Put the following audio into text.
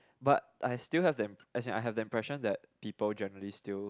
but I still have the im~ as in I have the impression that the people generally still